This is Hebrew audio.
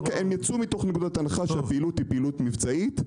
הם יצאו מתוך נקודת הנחה שהפעילות היא פעילות מבצעית,